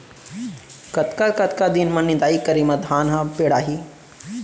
कतका कतका दिन म निदाई करे म धान ह पेड़ाही?